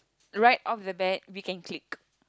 write of the bet we can clique